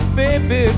baby